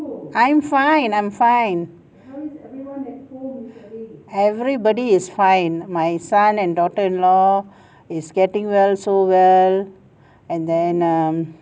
I'm fine I'm fine everybody is fine my son and daughter in law is getting well so well and then um